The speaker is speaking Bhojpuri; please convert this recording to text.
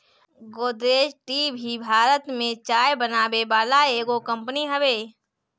गोदरेज टी भी भारत में चाय बनावे वाला एगो कंपनी हवे